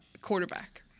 Quarterback